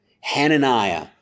Hananiah